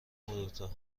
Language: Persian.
دوتا